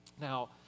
Now